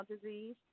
disease